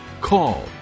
call